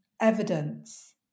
evidence